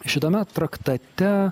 šitame traktate